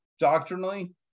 Doctrinally